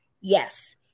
Yes